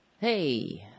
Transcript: Hey